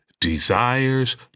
desires